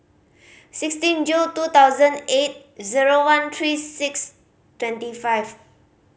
sixteen June two thousand eight zero one three six twenty five